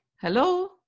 Hello